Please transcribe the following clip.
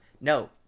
No